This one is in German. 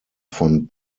von